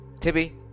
Tibby